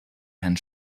herrn